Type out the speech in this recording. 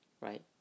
right